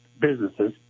businesses